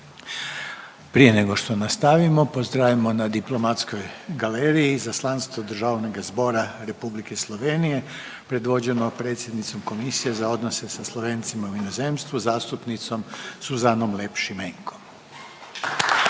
Prije nego što nastavimo pozdravimo na diplomatskoj galeriji izaslanstvo Državnoga zbora Republike Slovenije predvođenog predsjednicom Komisije za odnose sa Slovencima u inozemstvu zastupnicom Suzanom Lep Šimenko